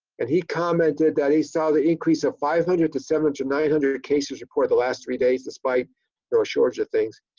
and he commented that he saw the increase of five hundred to seven to nine hundred cases reported in the last three days despite the shortage of things.